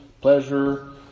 pleasure